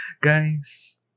Guys